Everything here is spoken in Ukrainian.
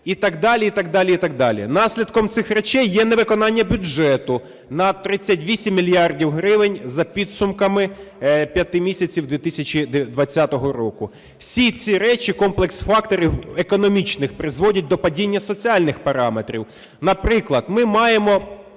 І так далі, і так далі, і так далі. Наслідком цих речей є невиконання бюджету на 38 мільярдів гривень за підсумками п'яти місяців 2020 року. Всі ці речі, комплекс факторів економічних призводять до падіння соціальних параметрів. Наприклад, ми маємо